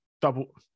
double